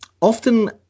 often